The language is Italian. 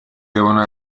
devono